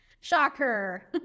Shocker